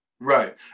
Right